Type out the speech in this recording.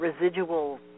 residual